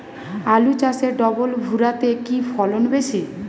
আলু চাষে ডবল ভুরা তে কি ফলন বেশি?